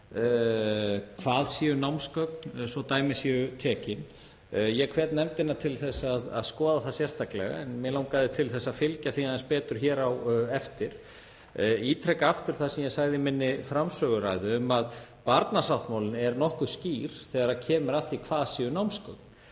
hvað séu námsgögn svo að dæmi sé tekið. Ég hvet nefndina til að skoða það sérstaklega en mig langaði til að fylgja því aðeins betur eftir hér. Ég ítreka aftur það sem ég sagði í minni framsöguræðu um að barnasáttmálinn er nokkuð skýr þegar kemur að því hvað séu námsgögn.